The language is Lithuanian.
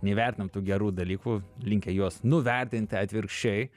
neįvertinam tų gerų dalykų linkę juos nuvertinti atvirkščiai